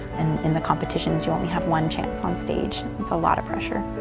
in the competitions. you only have one chance on stage. it's a lot of pressure.